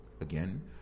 again